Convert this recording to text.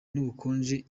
n’ubukonje